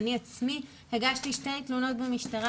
אני עצמי הגשתי שתי תלונות במשטרה,